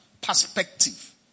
perspective